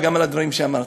וגם על הדברים שאמרת.